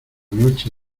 noche